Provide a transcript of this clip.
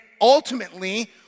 ultimately